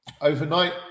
overnight